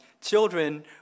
children